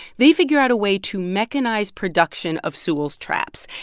they figure out a way to mechanize production of sewell's traps.